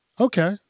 Okay